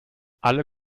alle